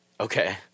Okay